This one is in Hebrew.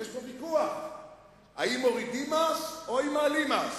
יש פה ויכוח אם מורידים מס או מעלים מס.